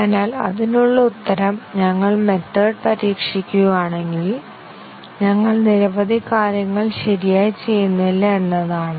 അതിനാൽ അതിനുള്ള ഉത്തരം ഞങ്ങൾ മെത്തേഡ് പരീക്ഷിക്കുകയാണെങ്കിൽ ഞങ്ങൾ നിരവധി കാര്യങ്ങൾ ശരിയായി ചെയ്യുന്നില്ല എന്നതാണ്